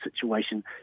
situation